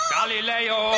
Galileo